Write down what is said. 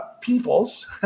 peoples